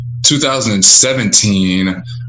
2017